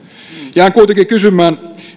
jään kuitenkin kysymään